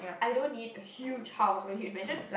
I don't need a huge house or a huge mansion